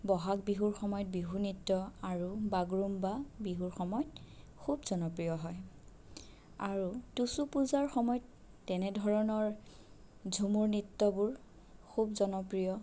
ব'হাগ বিহুৰ সময়ত বিহু নিত্য আৰু বাগৰুম্বা বিহুৰ সময়ত খুব জনপ্ৰিয় হয় আৰু টুচু পূজাৰ সময়ত তেনে ধৰণৰ ঝুমুৰ নৃত্যবোৰ খুব জনপ্ৰিয়